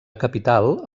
capital